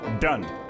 Done